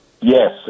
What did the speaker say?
Yes